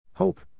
Hope